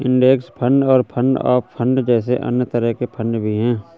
index fund और fund of fund जैसे अन्य तरह के फण्ड भी हैं